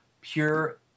pure